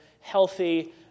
healthy